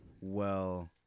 well-